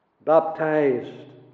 Baptized